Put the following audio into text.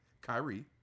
Kyrie